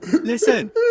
Listen